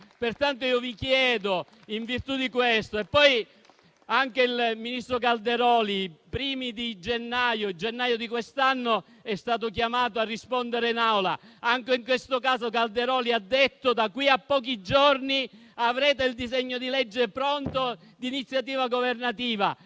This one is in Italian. Pertanto vi chiedo in virtù di questo. E poi il ministro Calderoli, ai primi di gennaio di quest'anno, è stato chiamato a rispondere in Aula. Anche in questo caso Calderoli ha detto: «Da qui a pochi giorni avrete già pronto il disegno di legge di iniziativa governativa».